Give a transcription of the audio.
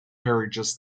carriages